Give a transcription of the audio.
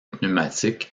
pneumatiques